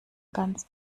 ganz